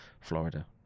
Florida